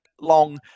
long